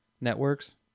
networks